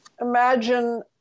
imagine